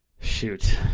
shoot